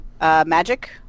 magic